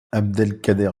abdelkader